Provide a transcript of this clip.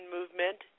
Movement